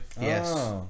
Yes